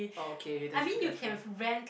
oh okay that's true that's true